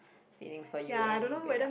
feelings for you and you break up